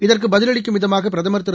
இதற்கு பதிலளிக்கும் விதமாக பிரதமர் திரு